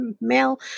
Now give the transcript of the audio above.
male